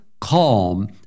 calm